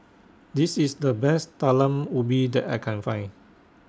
This IS The Best Talam Ubi that I Can Find